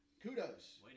Kudos